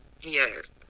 Yes